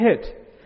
hit